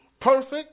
perfect